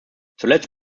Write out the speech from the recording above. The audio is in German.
zuletzt